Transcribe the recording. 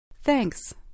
Thanks